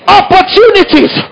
opportunities